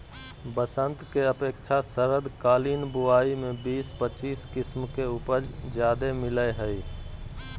बसंत के अपेक्षा शरदकालीन बुवाई में बीस पच्चीस किस्म के उपज ज्यादे मिलय हइ